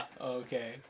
Okay